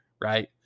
right